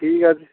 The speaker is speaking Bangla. ঠিক আছে